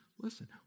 listen